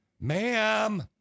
Ma'am